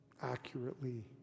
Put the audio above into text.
accurately